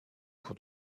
cours